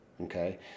Okay